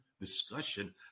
discussion